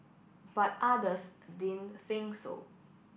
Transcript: but others din think so